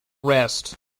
rest